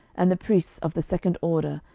and the priests of the second order,